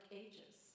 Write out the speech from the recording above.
ages